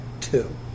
two